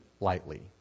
lightly